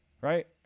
Right